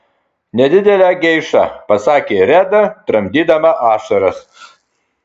nedidelę geišą pasakė reda tramdydama ašaras